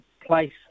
place